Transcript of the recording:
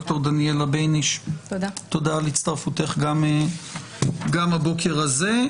תודה על הצטרפותך גם הבוקר הזה.